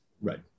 Right